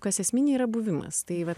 kas esminiai yra buvimas tai vat